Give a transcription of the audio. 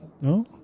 No